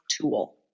tool